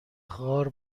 غار